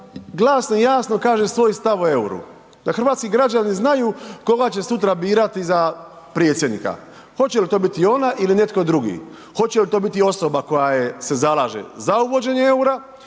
glasno i jasno kaže svoj stav o EUR-u. Da hrvatski građani znaju koga će sutra birati za predsjednika. Hoće li to biti ona ili netko drugi, hoće li to biti osoba koja se zalaže za uvođenje EUR-a